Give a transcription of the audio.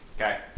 Okay